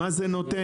מה זה נותן?